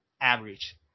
average